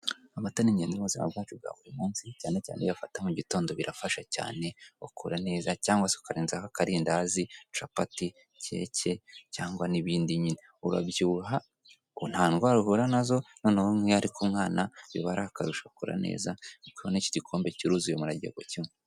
Amata n'ingenzi mu buzima bwacu bwa buri munsi cyane cyane iyo afata mu mugitondo birafasha cyane, ukura neza cyangwa se ukarenzaho akarindadazi, capati ,keke, cyangwa n'ibindi nyine urabyibuha ngo nta ndwara uhura nazo noneho nk'iyo ari ku mwana biba ari akarusho akora neza urabona iki gikombe kiruzuye umuntu agiye kukinywa